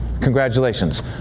Congratulations